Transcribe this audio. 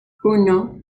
uno